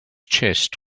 chest